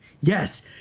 yes